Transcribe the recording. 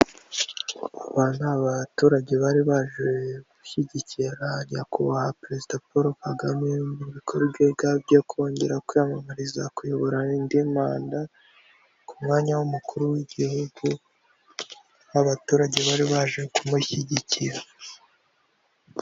Aba ni abaturage bari baje gushyigikira nyakubahwa Perezida Paul Kagame mu bikorwa byo kongera kwiyamamariza kuyobora indi mpanda, ku mwanya w'umukuru w'Igihugu, abaturage bari baje kumushyigikira.